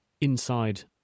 inside